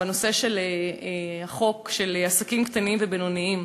בנושא של החוק על עסקים קטנים ובינוניים,